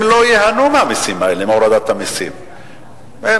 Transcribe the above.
אבל הם לא ייהנו מהורדת המסים הזאת,